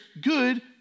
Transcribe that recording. good